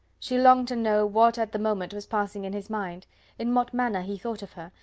she longed to know what at the moment was passing in his mind in what manner he thought of her,